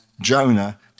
Jonah